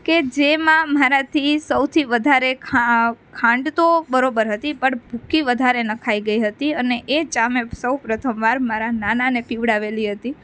કે જેમાં મારાથી સૌથી વધારે ખાંડ તો બરાબર હતી પણ ભૂકી વધારે નખાઈ ગઈ હતી અને એ ચા મેં સૌપ્રથમ વાર મારા નાનાને પીવડાવેલી હતી